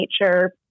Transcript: nature